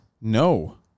No